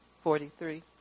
Forty-three